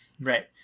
right